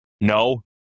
No